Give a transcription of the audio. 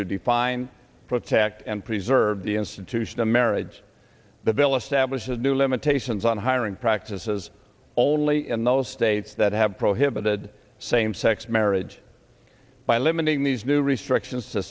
to define protect and preserve the institution of marriage the villa stablished new limitations on hiring practices only in those states that have prohibited same sex marriage by limiting these new restrictions t